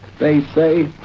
they say,